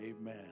Amen